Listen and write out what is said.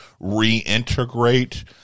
reintegrate